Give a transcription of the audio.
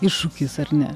iššūkis ar ne